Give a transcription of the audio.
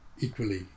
equally